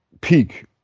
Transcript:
peak